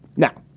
now,